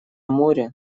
море